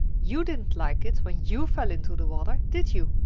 you didn't like it when you fell into the water, did you?